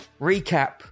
Recap